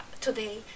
today